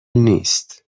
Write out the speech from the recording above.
نیست